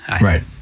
Right